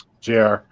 JR